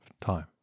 time